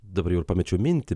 dabar jau ir pamečiau mintį